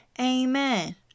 Amen